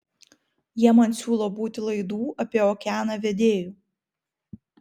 jie man siūlo būti laidų apie okeaną vedėju